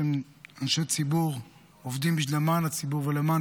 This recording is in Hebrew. אנשי ציבור עובדים למען הציבור ולמען